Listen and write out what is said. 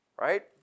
right